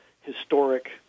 historic